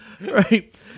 Right